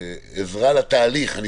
בעזרה לתהליך.